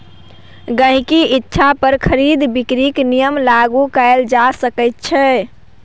गहिंकीक इच्छा पर खरीद बिकरीक नियम लागू कएल जा सकैत छै